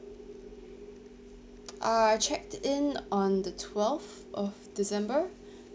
I checked in on the twelfth of december